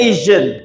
Asian